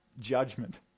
judgment